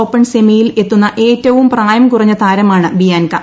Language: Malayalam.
ഓപ്പൺ സെമിയിൽ എത്തുന്ന ഏറ്റവും പ്രായം കുറഞ്ഞ താരമാണ് ബിയാൻകാ